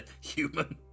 Human